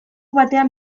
batean